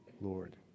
Lord